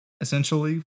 essentially